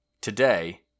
today